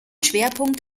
schwerpunkt